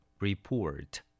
Report